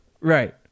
Right